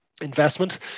investment